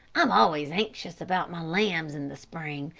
i'm always anxious about my lambs in the spring,